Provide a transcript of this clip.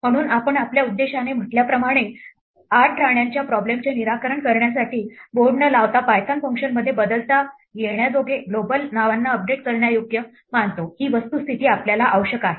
म्हणून आपण आपल्या उद्देशाने म्हटल्याप्रमाणे 8 राण्यांच्या प्रॉब्लेमचे निराकरण करण्यासाठी बोर्ड न लावता पायथन फंक्शनमध्ये बदलता येण्याजोग्या ग्लोबल नावांना अपडेट करण्यायोग्य मानतो ही वस्तुस्थिती आपल्याला आवश्यक आहे